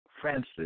Francis